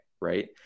right